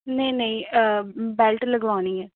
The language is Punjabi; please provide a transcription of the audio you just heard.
ਨਹੀਂ ਨਹੀਂ ਬੈਲਟ ਲਗਵਾਉਣੀ ਹੈ